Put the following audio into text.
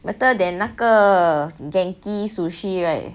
better than 那个 genki sushi right